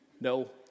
No